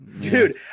Dude